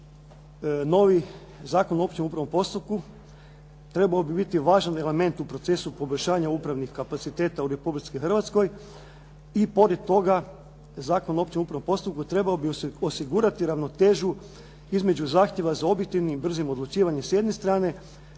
novi Zakon o općem upravnom postupku trebao bi biti važan element u procesu poboljšanja upravnih kapaciteta u Republici Hrvatskoj i pored toga Zakon o općem upravnom postupku trebao bi osigurati ravnotežu između zahtjeva za objektivnim i brzim odlučivanjem s jedne strane,